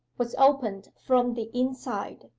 was opened from the inside.